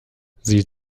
sieh